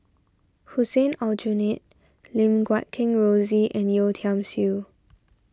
Hussein Aljunied Lim Guat Kheng Rosie and Yeo Tiam Siew